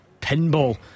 pinball